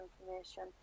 information